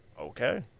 Okay